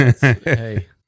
Hey